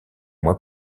mois